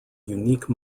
unique